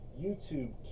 YouTube